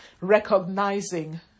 recognizing